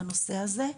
בנושא הזה.